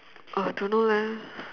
uh don't know leh